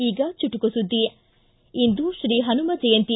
ಈಗ ಚುಟುಕು ಸುದ್ದಿ ಇಂದು ಶ್ರೀ ಹನುಮ ಜಯಂತಿ